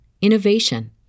innovation